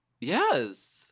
Yes